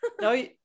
no